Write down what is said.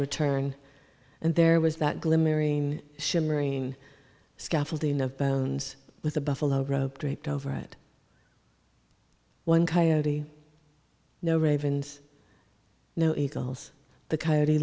return and there was that glimmering shimmering scaffolding of bones with a buffalo robe draped over it one coyote no ravens no eagles the coyote